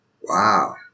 Wow